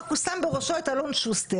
רק הוא שם בראשו את אלון שוסטר.